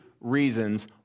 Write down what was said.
reasons